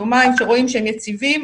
יומיים כשרואים שהם יציבים,